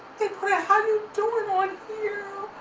they put a how you doin' on here.